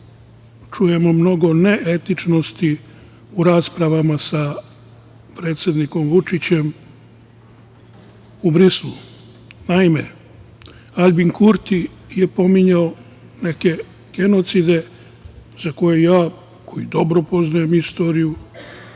čujemo mnogo neetičnosti u raspravama sa predsednikom Vučićem u Briselu. Naime, Aljbin Kurti je pominjao neke genocide za koje ja, koji dobro poznajem istoriju,